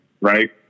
right